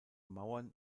mauern